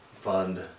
fund